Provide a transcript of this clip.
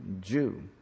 Jew